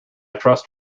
trust